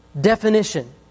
definition